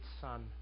Son